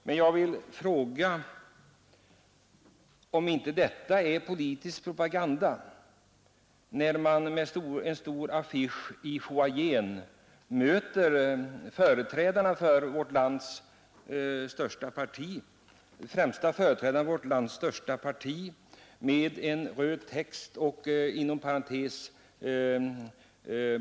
Men är det inte partipolitisk propaganda, när man ute i foajén får se en stor affisch med bild av företrädare för vårt lands största parti och med bokstaven s i rött inom parantes?